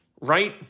right